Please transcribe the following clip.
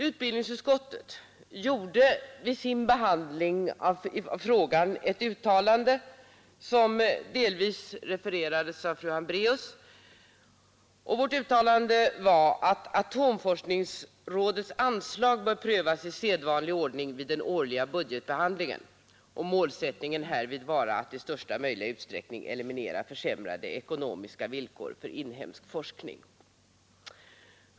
Utbildningsutskottet gjorde vid sin behandling av frågan ett uttalande som delvis refererats av fru Hambraeus. Vårt uttalande var att atomforskningsrådets anslag bör ”prövas i sedvanlig ordning vid den årliga budgetbehandlingen och målsättningen härvid vara att i största möjliga utsträckning eliminera försämrade ekonomiska villkor för inhemsk forskning”.